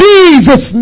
Jesus